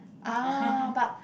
!ah! but